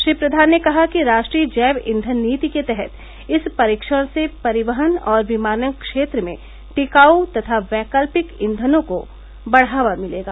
श्री प्रवान ने कहा कि राष्ट्रीय जैव ईघन नीति के तहत इस परीक्षण से परिवहन और विमानन क्षेत्र में टिकाऊ तथा वैकल्पिक ईघनों को बढ़ावा मिलेगा